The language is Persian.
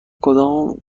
کدام